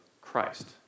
Christ